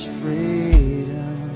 freedom